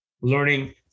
learning